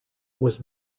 was